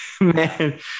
man